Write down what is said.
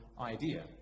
idea